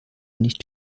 nicht